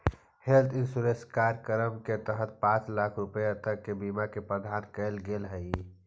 health insurance कार्यक्रम के तहत पांच लाख रुपया तक के बीमा के प्रावधान कैल गेल हइ